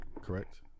Correct